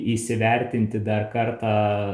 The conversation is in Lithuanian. įsivertinti dar kartą